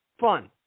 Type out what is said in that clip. fun